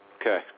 Okay